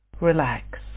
relax